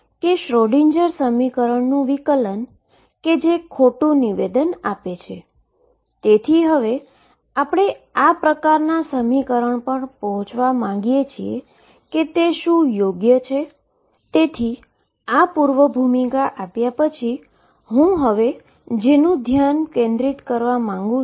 અને તે એક સિમ્પલ હાર્મોનીક ઓસ્સિલેશન છે જેના માટે એક પાર્ટીકલ પોટેંશિયલમાં ફરે છે તો ચાલો આપણે જોઈએ કે પોટેંશિયલ x ની આસપાસ 0 પર બરાબર કેન્દ્રિત છે